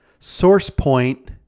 SourcePoint